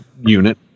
unit